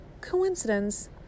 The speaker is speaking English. coincidence